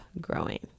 growing